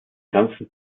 ganzen